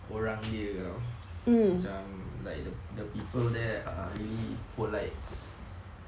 orang dia you know macam like the the people there are really polite